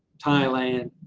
thailand